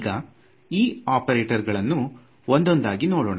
ಈಗ ಈ ಒಪೆರಟಾರ್ ಗಳನ್ನು ಒಂದೊಂದಾಗಿ ನೋಡೋಣ